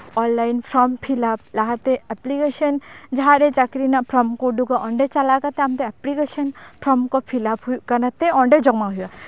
online form fill up ᱞᱟᱦᱟᱛᱮ application ᱡᱟᱦᱟᱸᱨᱮ ᱪᱟᱹᱠᱨᱤ ᱨᱮᱱᱟᱜ ᱯᱷᱨᱚᱢ ᱠᱚ ᱩᱰᱩᱠᱚᱜ ᱚᱸᱰᱮ ᱪᱟᱞᱟᱣ ᱠᱟᱛᱮᱫ ᱮᱯᱞᱤᱠᱮᱥᱮᱱ ᱯᱷᱨᱚᱢ ᱠᱚ ᱯᱷᱤᱞᱟᱯ ᱦᱩᱭᱩᱜ ᱠᱟᱱᱛᱮ ᱚᱸᱰᱮ ᱡᱚᱢᱟ ᱦᱩᱭᱩᱜᱼᱟ